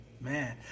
Man